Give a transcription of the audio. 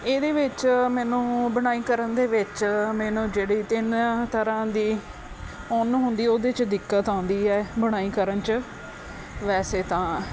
ਇਹਦੇ ਵਿੱਚ ਮੈਨੂੰ ਬੁਣਾਈ ਕਰਨ ਦੇ ਵਿੱਚ ਮੈਨੂੰ ਜਿਹੜੀ ਤਿੰਨ ਤਰ੍ਹਾਂ ਦੀ ਉੱਨ ਹੁੰਦੀ ਉਹਦੇ ਚ ਦਿੱਕਤ ਆਉਂਦੀ ਹੈ ਬੁਣਾਈ ਕਰਨ 'ਚ ਵੈਸੇ ਤਾਂ